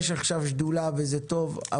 יש עכשיו שדולה וזה טוב,